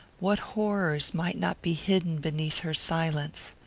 what horrors might not be hidden beneath her silence?